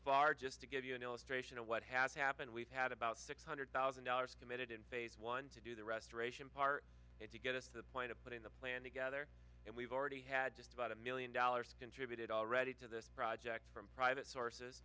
far just to give you an illustration of what has happened we've had about six hundred thousand dollars committed in phase one to do the restoration part it to get us to the point of putting the plan together and we've already had just about a million dollars contributed already to this project from private sources